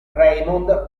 raymond